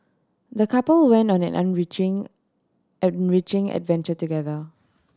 the couple went on an enriching enriching adventure together